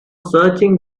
searching